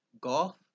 golf